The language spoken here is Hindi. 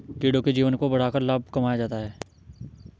कीड़ों के जीवन को बढ़ाकर लाभ कमाया जाता है